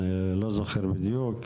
אני לא זוכר בדיוק,